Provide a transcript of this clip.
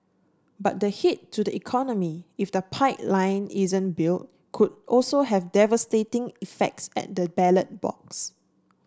but the hit to the economy if the pipeline isn't built could also have devastating effects at the ballot box